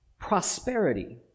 Prosperity